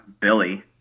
Billy